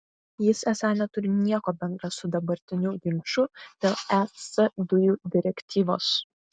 jis esą neturi nieko bendra su dabartiniu ginču dėl es dujų direktyvos